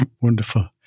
Wonderful